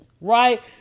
right